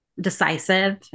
decisive